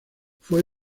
fue